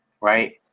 right